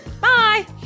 Bye